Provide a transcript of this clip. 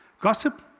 Gossip